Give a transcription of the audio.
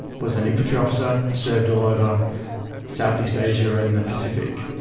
was an infantry officer, served all over southeast asia and the pacific.